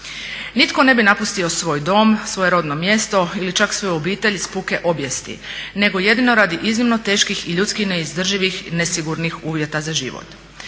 Nitko ne bi napustio svoj dom, svoje rodno mjesto ili čak svoju obitelj iz puke obijesti nego jedino radi iznimno teških i ljudski neizdrživih i nesigurnih uvjeta za život.